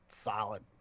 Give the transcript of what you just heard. Solid